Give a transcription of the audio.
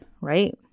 right